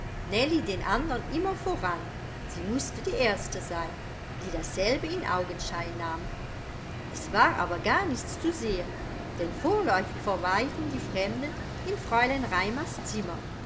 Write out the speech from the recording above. den andern immer voran sie mußte die erste sein die dasselbe in augenschein nahm es war aber gar nichts zu sehen denn vorläufig verweilten die fremden in fräulein raimars zimmer